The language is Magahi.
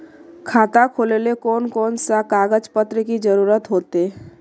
खाता खोलेले कौन कौन सा कागज पत्र की जरूरत होते?